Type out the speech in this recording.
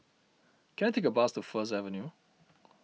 can I take a bus to First Avenue